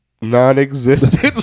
Non-existent